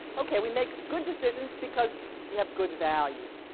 okay, we make good decisions because you have good values,